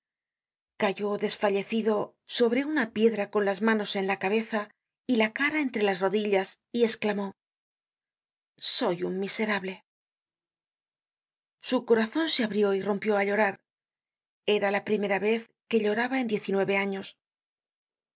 cayó desfalle cido sobre una piedra con las manos en la cabeza y la cara entre las rodillas y esclamó soy un miserable content from google book search generated at su corazon se abrió y rompió á llorar era la primera vez que lloraba en diez y nueve años